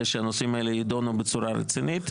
שהנושאים האלה יידונו בצורה רצינית.